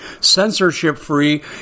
censorship-free